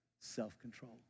self-control